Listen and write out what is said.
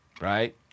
Right